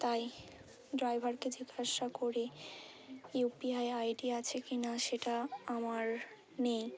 তাই ড্রাইভারকে জিজ্ঞাসা করে U P I I D আছে কি না সেটা আমার নেই